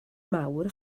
mawr